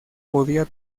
podía